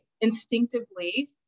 instinctively